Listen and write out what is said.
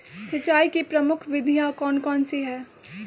सिंचाई की प्रमुख विधियां कौन कौन सी है?